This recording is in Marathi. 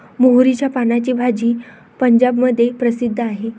मोहरीच्या पानाची भाजी पंजाबमध्ये प्रसिद्ध आहे